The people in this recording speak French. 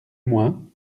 moins